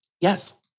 Yes